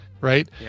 right